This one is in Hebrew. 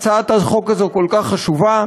הצעת החוק הזו כל כך חשובה.